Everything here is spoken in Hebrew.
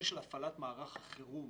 הפעלת מערך החירום